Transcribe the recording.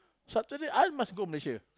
Saturday I must go Malaysia